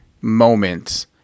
moments